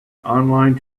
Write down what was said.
online